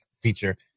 feature